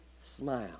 smile